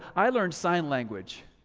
i learned sign language.